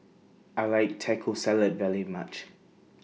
I like Taco Salad very much